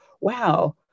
Wow